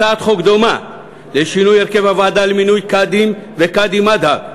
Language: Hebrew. הצעת חוק דומה לשינוי הרכב הוועדה למינוי קאדים וקאדים מד'הב.